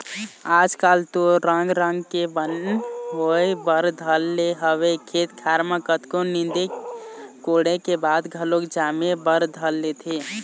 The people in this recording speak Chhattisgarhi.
आज कल तो रंग रंग के बन होय बर धर ले हवय खेत खार म कतको नींदे कोड़े के बाद घलोक जामे बर धर लेथे